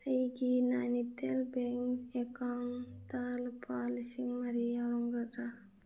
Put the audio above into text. ꯑꯩꯒꯤ ꯅꯥꯏꯅꯤꯇꯦꯜ ꯕꯦꯡ ꯑꯦꯛꯀꯥꯎꯟꯗ ꯂꯨꯄꯥ ꯂꯤꯁꯤꯡ ꯃꯔꯤ ꯌꯥꯎꯔꯝꯒꯗꯔꯥ